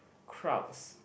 crowds